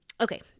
Okay